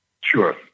Sure